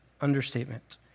understatement